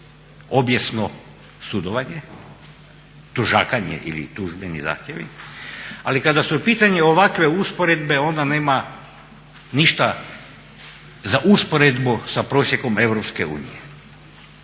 obijesno sudovanje, tužakanje ili tužbeni zahtjevi ali kada su u pitanju ovakve usporedbe onda nema ništa za usporedbu sa prosjekom Europske unije.